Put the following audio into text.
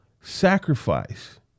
sacrifice